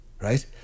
Right